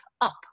up